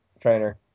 trainer